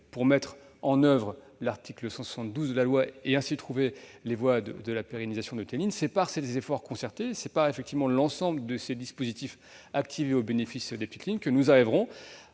pour mettre en oeuvre l'article 172 de la loi et ainsi trouver les voies de la pérennisation de cette ligne. C'est par ces efforts concertés, par l'activation de l'ensemble de ces dispositifs au bénéfice des petites lignes que nous arriverons